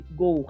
go